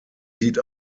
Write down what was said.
sieht